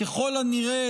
ככל הנראה,